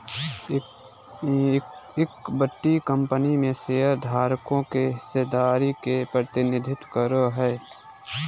equity company में शेयरधारकों के हिस्सेदारी के प्रतिनिधित्व करो हइ